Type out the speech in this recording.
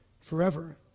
forever